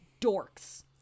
dorks